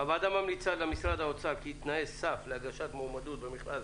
הוועדה ממליצה למשרד האוצר כי תנאי סף להגשת מועמדות במכרז